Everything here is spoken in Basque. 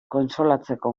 kontsolatzeko